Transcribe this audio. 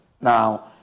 Now